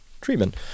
treatment